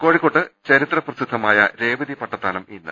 കോഴിക്കോട്ട് ചരിത്രപ്രസിദ്ധമായ രേവതിപ്പട്ടത്താനം ഇന്ന്